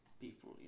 people